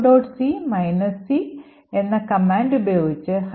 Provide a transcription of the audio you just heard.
c c എന്ന command ഉപയോഗിച്ച് hello